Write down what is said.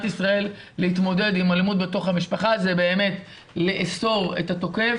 ישראל להתמודד עם אלימות בתוך המשפחה זה באמת לאסור את התוקף,